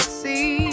see